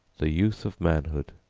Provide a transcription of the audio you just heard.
the youth of manhood,